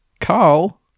Carl